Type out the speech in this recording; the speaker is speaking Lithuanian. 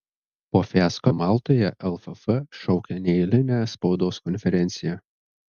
po fiasko maltoje lff šaukia neeilinę spaudos konferenciją